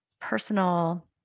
personal